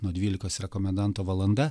nuo dvylikos yra komendanto valanda